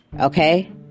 Okay